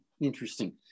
Interesting